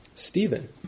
Stephen